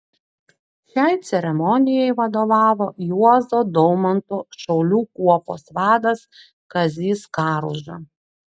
šiai ceremonijai vadovavo juozo daumanto šaulių kuopos vadas kazys karuža